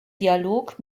dialog